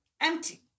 empty